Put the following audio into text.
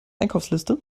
einkaufsliste